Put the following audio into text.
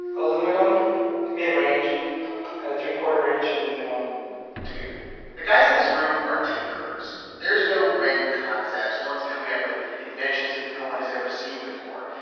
aluminum mid-range and a three-quarter-inch aluminum tweeter the guys in this room are tinkerers. there's no brand-new concepts. no one's coming up with inventions that no one has ever seen before.